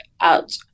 out